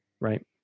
Right